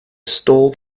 stole